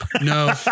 No